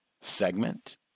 segment